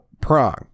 Prong